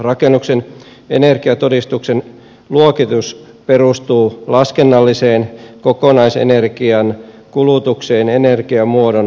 rakennuksen energiatodistuksen luokitus perustuu laskennalliseen kokonaisenergian kulutukseen energiamuodon ympäristövaikutukset huomioiden